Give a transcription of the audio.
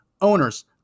owners